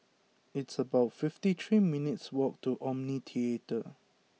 it's about fifty three minutes' walk to Omni Theatre